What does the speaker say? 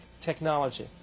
Technology